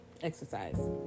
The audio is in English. Exercise